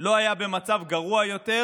לא היה במצב גרוע יותר.